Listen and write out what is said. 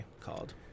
called